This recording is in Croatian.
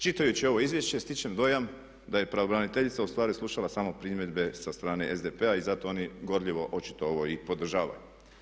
Čitajući ovo izvješće stičem dojam da je pravobraniteljica u stvari slušala samo primjedbe sa strane SDP-a i zato oni gorljivo očito ovo i podržavaju.